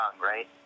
right